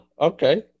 Okay